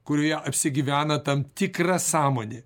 kurioje apsigyvena tam tikra sąmonė